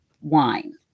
wine